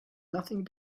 nothing